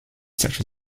sexual